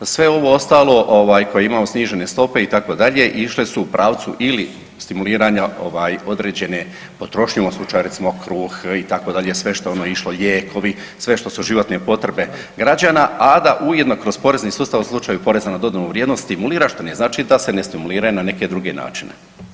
Sve ovo ostalo ovaj koje imamo snižene stope itd. išle su u pravcu ili stimuliranja ovaj određene potrošnje u ovom slučaju recimo kruh itd. sve što ono išlo lijekovi, sve što su životne potrebe građana, a da ujedno kroz porezni sustav u slučaju porezna na dodanu vrijednost stimulira što ne znači da se ne stimuliraju na neki druge način.